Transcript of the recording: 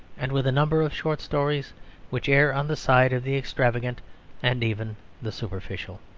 and with a number of short stories which err on the side of the extravagant and even the superficial.